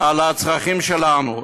על הצרכים שלנו.